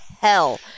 hell